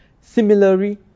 Similarly